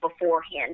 beforehand